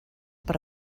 per